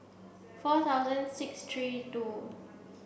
four thousand six three two